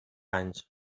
anys